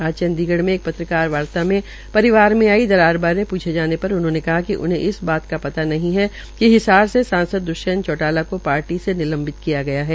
आज चंडीगढ़ में एक पत्रकार वार्ता में परिवार में आई दरार बारे पूछे जाने पर उन्होंने कहा कि उन्हें इस बात का पता नहीं है कि हिसार से सांसद द्वष्यंत चौटाला को पार्टी से निलंवित किया गया है